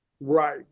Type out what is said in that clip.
Right